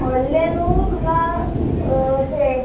व्होडलें न्हू तुका अशें